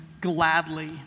gladly